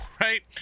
right